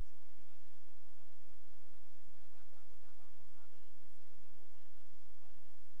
את נציגי הרופאים המתמחים לניהול המשא-ומתן,